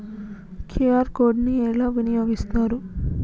QR code ని ఎలా వినియోగిస్తారు?